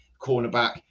cornerback